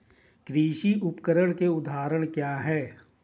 कृषि उपकरण के उदाहरण क्या हैं?